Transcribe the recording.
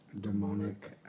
demonic